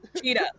Cheetah